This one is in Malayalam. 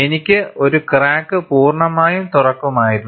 എനിക്ക് ഒരു ക്രാക്ക് പൂർണ്ണമായും തുറക്കുമായിരുന്നു